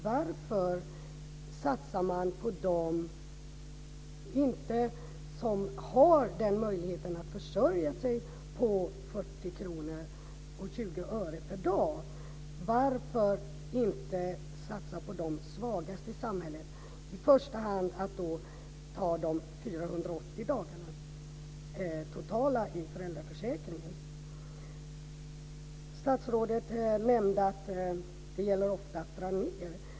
Varför satsar man på dem som har möjlighet att försörja sig på 40 kr och 20 öre per dag? Varför inte satsa på de svagaste i samhället? Varför inte i första hand ta samtliga 480 dagar i föräldraförsäkringen? Statsrådet nämnde att det ofta gäller att dra ned.